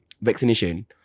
vaccination